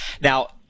now